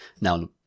now